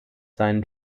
seinen